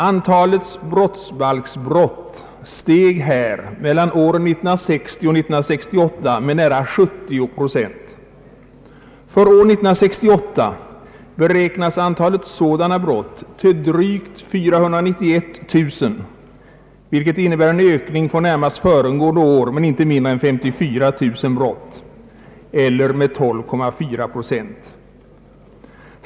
Antalet brottsbalksbrott steg här mellan åren 1960 och 1968 med nära 70 procent. För år 1968 beräknas antalet sådana brott till drygt 491 000, vilket innebär en ökning från närmast föregående år med inte mindre än 54 000 brott eller med 12,4 procent.